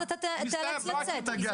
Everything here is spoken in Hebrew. תיאלץ לצאת.